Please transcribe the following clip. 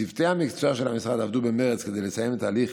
צוותי המקצוע של המשרד עבדו במרץ כדי לסיים את התהליך